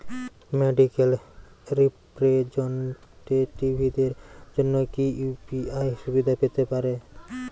Medical রিপ্রেজন্টেটিভদের জন্য কি ইউ.পি.আই সুবিধা পেতে পারে?